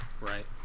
Right